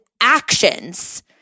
actions